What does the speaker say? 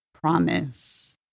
promise